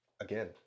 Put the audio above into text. again